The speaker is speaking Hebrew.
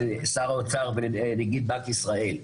שר האוצר ונגיד בנק ישראל.